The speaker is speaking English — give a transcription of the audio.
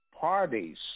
parties